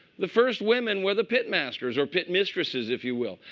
the first women were the pit masters, or pit mistresses, if you will.